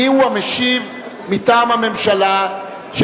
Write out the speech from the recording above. אנחנו עוברים להצעת חוק מרשם האוכלוסין (תיקון,